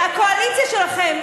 הקואליציה שלכם,